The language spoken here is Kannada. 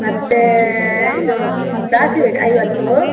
ಮತ್ತು ಇದು ಸಾಸಿವೆಗೆ ಐವತ್ತು